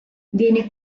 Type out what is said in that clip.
viene